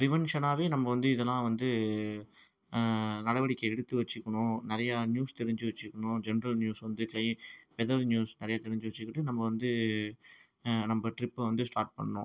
ப்ரிவென்ஷனாவே நம்ப வந்து இதெல்லாம் வந்து நடவடிக்கை எடுத்து வைச்சுக்கணும் நிறையா நியூஸ் தெரிஞ்சு வைச்சுக்கணும் ஜென்ரல் நியூஸ் வந்து க்ளை வெதர் நியூஸ் நிறையா தெரிஞ்சு வைச்சுக்கிட்டு நம்ம வந்து நம்ப ட்ரிப்பை வந்து ஸ்டார்ட் பண்ணணும்